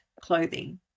clothing